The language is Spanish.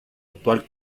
actual